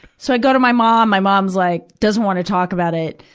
so i go to my mom my mom's like, doesn't want to talk about it.